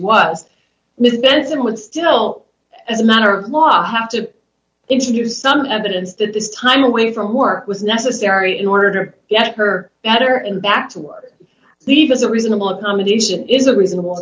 was mrs benson would still as a matter of law have to introduce some evidence that this time away from work was necessary in order to get her better him back to work leave us a reasonable accommodation is a reasonable